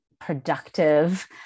productive